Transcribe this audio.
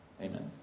Amen